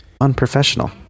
unprofessional